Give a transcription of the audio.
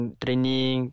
training